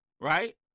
right